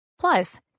Plus